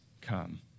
come